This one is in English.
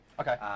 Okay